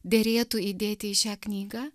derėtų įdėti į šią knygą